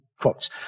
quotes